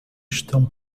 estão